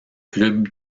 clubs